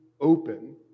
open